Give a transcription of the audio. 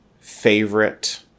favorite